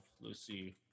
Lucy